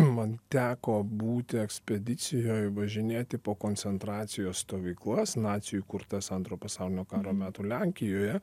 man teko būti ekspedicijoj važinėti po koncentracijos stovyklas nacių įkurtas antro pasaulinio karo metu lenkijoje